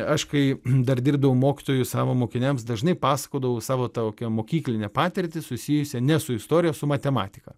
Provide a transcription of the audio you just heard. aš kai dar dirbdavau mokytoju savo mokiniams dažnai pasakodavau savo tokią mokyklinę patirtį susijusią ne su istorija su matematika